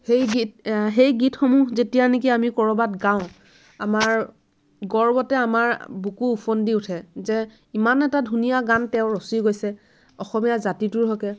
সেই গীত গীতসমূহ যেতিয়া নেকি আমি ক'ৰবাত গাওঁ আমাৰ গৰ্বতে আমাৰ বুকু উফন্দি উঠে যে ইমান এটা ধুনীয়া গান তেওঁ ৰচি গৈছে অসমীয়া জাতিটোৰ হকে